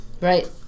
Right